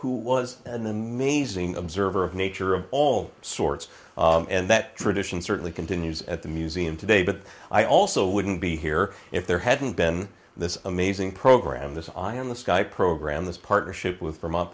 who was an amazing observer of nature of all sorts and that tradition certainly continues at the museum today but i also wouldn't be here if there hadn't been this amazing program this eye in the sky program this partnership with vermont